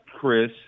Chris